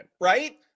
right